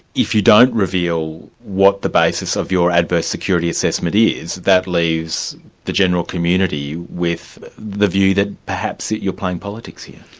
if you don't reveal what the basis of your adverse security assessment is, that leaves the general community with the view that perhaps you're playing politics here.